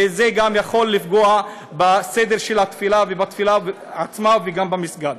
וזה גם יכול לפגוע בסדר של התפילה ובתפילה עצמה וגם במסגד.